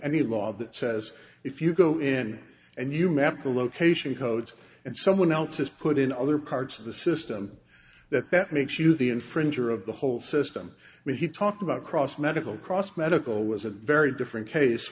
any law that says if you go in and you map the location codes and someone else has put in other parts of the system that that makes you the infringer of the whole system and he talked about cross medical cross medical was a very different case